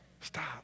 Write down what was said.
Stop